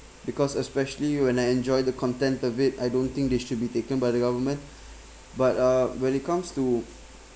because especially when I enjoy the content of it I don't think they should be taken by the government but uh when it comes to